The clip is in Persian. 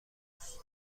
خصوصی